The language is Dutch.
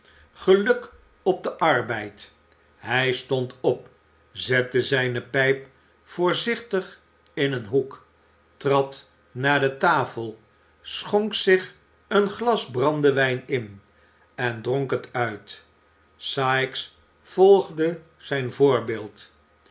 geluk op den arbeid hij stond op zette zijne pijp voorzichtig in een hoek trad naar de tafel schonk zich een glas brandewijn in en dronk het uit sikes volgde zijn voorbeeld